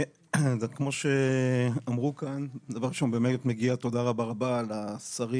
כמו שאמרו כאן, באמת מגיע תודה רבה רבה לשרים